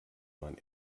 man